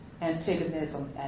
antagonism